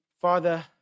Father